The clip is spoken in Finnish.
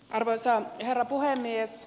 arvoisa herra puhemies